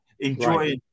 enjoy